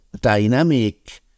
dynamic